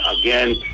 Again